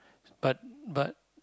but but